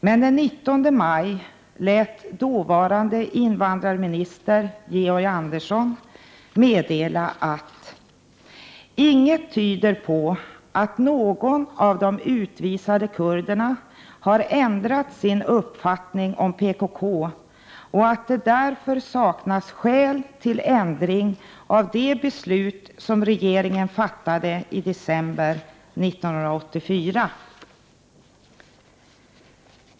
Men den 19 maj lät dåvarande invandrarministern Georg Andersson meddela, att inget tyder på att någon av de utvisade kurderna har ändrat sin uppfattning om PKK och att det därför saknas skäl till ändring av de beslut som regeringen fattade 1 december 1984.